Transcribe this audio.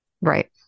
Right